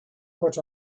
put